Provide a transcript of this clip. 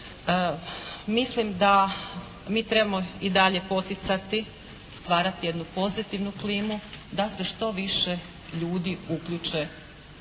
Mislim da mi trebamo i dalje poticati, stvarati jednu pozitivnu klimu da se što više ljudi uključe